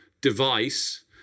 device